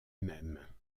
même